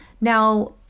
Now